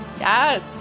Yes